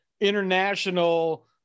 International